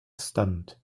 stunt